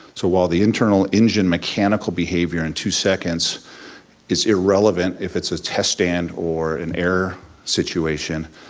so while the internal engine mechanical behavior in two seconds is irrelevant if it's a test stand or an error situation,